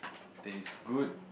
that is good